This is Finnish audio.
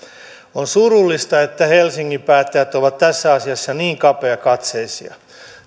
on surullista että helsingin päättäjät ovat tässä asiassa niin kapeakatseisia